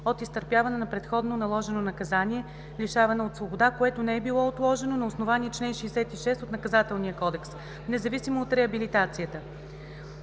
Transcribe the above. от изтърпяване на предходно наложено наказание лишаване от свобода, което не е било отложено на основание чл. 66 от Наказателния кодекс, независимо от реабилитацията;